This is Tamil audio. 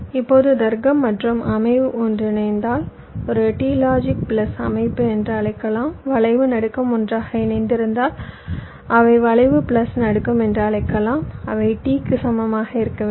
இப்போது தர்க்கம் மற்றும் அமைவு ஒன்றிணைந்தால் ஒரு t லாஜிக் பிளஸ் அமைப்பு என்று அழைக்கலாம் வளைவு நடுக்கம் ஒன்றாக இணைந்தால் அதை வளைவு பிளஸ் நடுக்கம் என்று அழைக்கவும் அவை T க்கு சமமாக இருக்க வேண்டும்